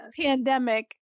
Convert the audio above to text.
Pandemic